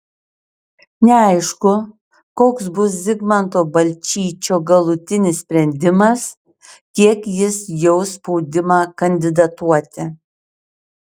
neaišku koks bus zigmanto balčyčio galutinis sprendimas kiek jis jaus spaudimą kandidatuoti